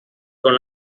con